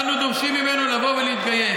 אנו דורשים ממנו לבוא ולהתגייס.